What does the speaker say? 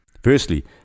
Firstly